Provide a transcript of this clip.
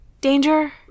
danger